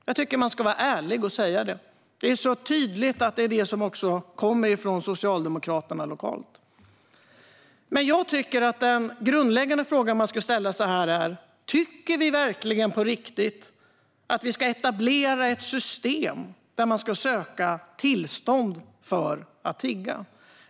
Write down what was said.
Jag tycker att man ska vara ärlig och säga det. Det är så tydligt det här som kommer också från Socialdemokraterna lokalt. Jag tycker att den grundläggande frågan man ska ställa sig är: Tycker vi verkligen på riktigt att vi ska etablera ett system där man ska söka tillstånd för att tigga?